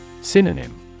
Synonym